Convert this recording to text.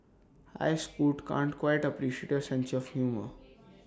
hi scoot can't quite appreciate your sense of humour